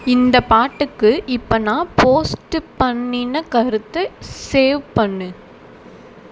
இந்த பாட்டுக்கு இப்போ நான் போஸ்ட் பண்ணின கருத்தை சேவ் பண்ணு